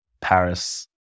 paris